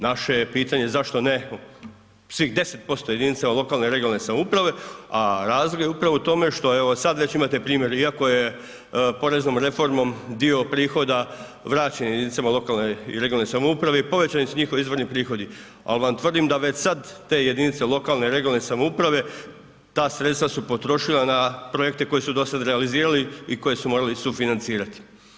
Naše je pitanje zašto ne svih 10% jedinicama lokalne i regionalne samouprave, a razlog je upravo u tome što evo sad već imate primjer iako je poreznom reformom dio prihoda vraćen jedinicama lokalne i regionalne samouprave i povećani su njihovi izvorni prihodi, al vam tvrdim da već sad te jedinice lokalne i regionalne samouprave ta sredstva su potrošila na projekte koje su do sad realizirati i koje su morali sufinancirati.